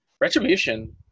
Retribution